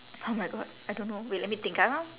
oh my god I don't know wait let me think ah